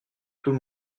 tout